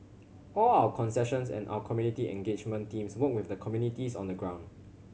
all our concessions and our community engagement teams work with the communities on the ground